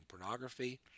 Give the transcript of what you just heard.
pornography